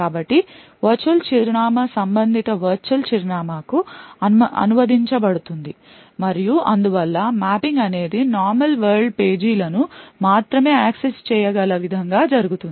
కాబట్టి వర్చువల్ చిరునామా సంబంధిత virtual చిరునామా కు అనువదించబడుతుంది మరియు అందువల్ల మ్యాపింగ్ అనేది నార్మల్ వరల్డ్ పేజీ లను మాత్రమే యాక్సెస్ చేయ గల విధంగా జరుగుతుంది